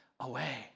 away